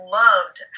loved